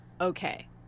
Okay